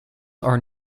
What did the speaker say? are